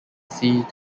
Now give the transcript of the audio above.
sea